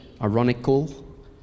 ironical